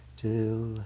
till